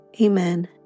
Amen